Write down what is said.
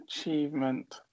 achievement